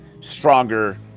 stronger